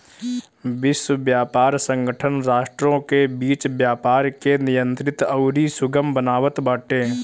विश्व व्यापार संगठन राष्ट्रों के बीच व्यापार के नियंत्रित अउरी सुगम बनावत बाटे